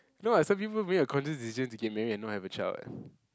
no what some people make a conscious decision to get married and not have a child what